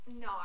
no